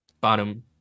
bottom